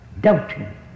doubting